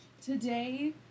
Today